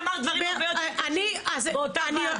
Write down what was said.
את אמרת דברים הרבה יותר קשים באותה וועדה.